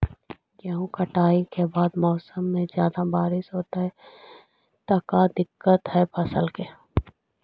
गेहुआ के फसल के मौसम में ज्यादा बारिश होतई त का दिक्कत हैं फसल के?